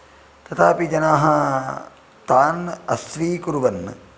तथापि जनाः तान् अस्वीकुर्वन्